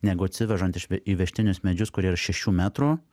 negu atsivežant iš įvežtinius medžius kurie yra šešių metrų